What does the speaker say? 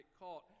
caught